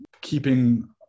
keeping